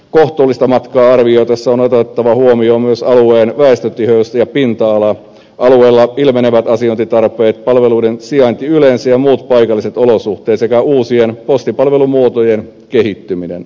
kohtuullista matkaa arvioitaessa on otettava huomioon myös alueen väestötiheys ja pinta ala alueella ilmenevät asiointitarpeet palveluiden sijainti yleensä ja muut paikalliset olosuhteet sekä uusien postipalvelumuotojen kehittyminen